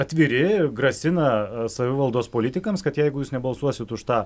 atviri grasina savivaldos politikams kad jeigu jūs nebalsuosite už tą